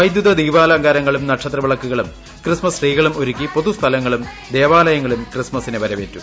വൈദ്യുതദീപാലങ്കാരങ്ങളും നക്ഷത്രവിളക്കുകളും ക്രിസ്മസ് ട്രീകളും ഒരുക്കി പൊതുസ്ഥലങ്ങളും ദ്ദേവ്ട്ടുള്ളും ക്രിസ്മസ്സിനെ വരവേറ്റു